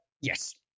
Yes